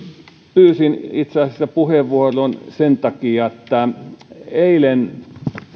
pyysin itse asiassa puheenvuoron sen takia että eilen